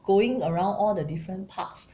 going around all the different parks